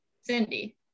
Cindy